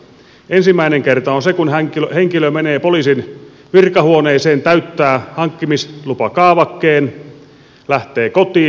ensimmäinen kerta on se kun henkilö menee poliisin virkahuoneeseen täyttää hankkimislupakaavakkeen lähtee kotiin